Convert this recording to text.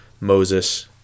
Moses